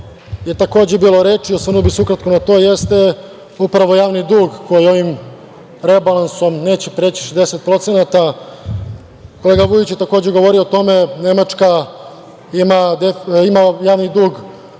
je takođe bilo reči, a osvrnuo bih se ukratko na to, jeste upravo javni dug koji ovim rebalansom neće preći 60%. Kolega Vujić je govorio o tome. Nemačka ima javni dug